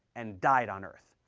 and died on earth,